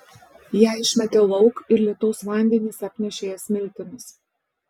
ją išmetė lauk ir lietaus vandenys apnešė ją smiltimis